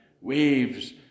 waves